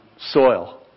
soil